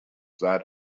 that